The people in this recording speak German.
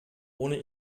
ohne